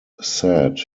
said